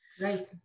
Right